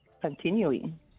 continuing